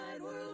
world